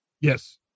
Yes